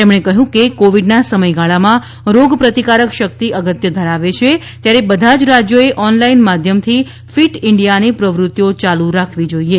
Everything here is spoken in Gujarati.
તેમણે કહ્યું કે કોવિડના સમયગાળામાં રોગપ્રતિકારક શક્તિ અગત્ય ધરાવે છે ત્યારે બધા જ રાજ્યોએ ઓનલાઇન માધ્યમથી ફીટ ઇન્ડિયાની પ્રવૃત્તિઓ ચાલુ રાખવી જોઈએ